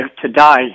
today